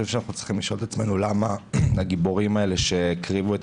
אנחנו צריכים לשאול את עצמנו למה הגיבורים האלה שהקריבו את